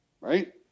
Right